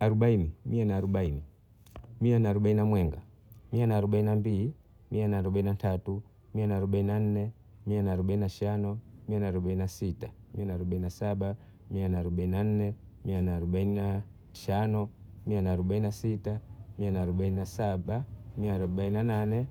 arobaini, mia na arobaini na mwenga, mia na arobaini na mbili, mia arobaini na tatu, mia na arobaini na nne, mia na arobaini na shano, mia arobaini na sita, mia arobaini na saba, mia arobaini na nane, mia arobaini na tisa, mia na hamsini